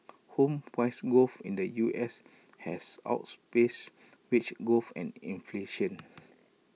home price growth in the U S has wage growth and inflation